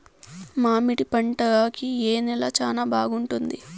మామిడి పంట కి ఏ నేల చానా బాగుంటుంది